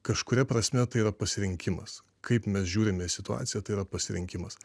kažkuria prasme tai yra pasirinkimas kaip mes žiūrime į situaciją tai yra pasirinkimas